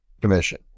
commission